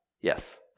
Yes